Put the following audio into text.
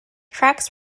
tracks